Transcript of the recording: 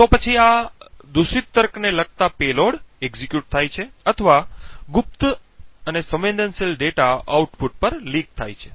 તો પછી આ દૂષિત તર્કને લગતા પેલોડ એક્ઝિક્યુટ થાય છે અને ગુપ્ત અથવા સંવેદનશીલ ડેટા આઉટપુટ પર લીક થાય છે